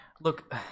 Look